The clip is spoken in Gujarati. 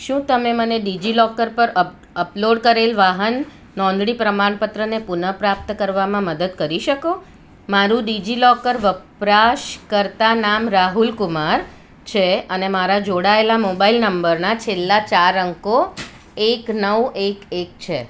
શું તમે મને ડિજિલોકર પર અપલોડ કરેલ વાહન નોંધણી પ્રમાણપત્રને પુનઃપ્રાપ્ત કરવામાં મદદ કરી શકો મારું ડિજિલોકર વપરાશકર્તા નામ રાહુલ કુમાર છે અને મારા જોડાયેલા મોબાઇલ નંબરના છેલ્લા ચાર અંકો એક નવ એક એક છે